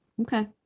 Okay